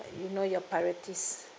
you know your priorities